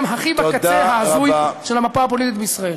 בקצה ההזוי של המפה הפוליטית בישראל.